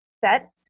set